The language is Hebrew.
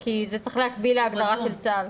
כי זה צריך להקביל להגדרה של צה"ל.